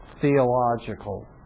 theological